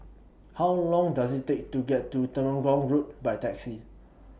How Long Does IT Take to get to Temenggong Road By Taxi